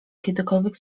kiedykolwiek